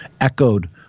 Echoed